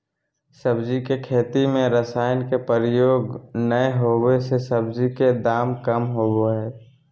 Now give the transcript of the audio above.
सब्जी के खेती में रसायन के प्रयोग नै होबै से सब्जी के दाम कम होबो हइ